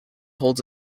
holds